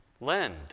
Lend